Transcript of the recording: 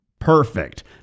Perfect